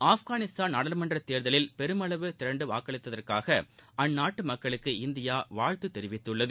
ஆஃப்கானிஸ்தான் நாடாளுமன்றத் தேர்தலில் பெருமளவு திரண்டு வாக்களித்ததற்காக அந்நாட்டு மக்களுக்கு இந்தியா வாழ்த்து தெரிவித்துள்ளது